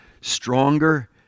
stronger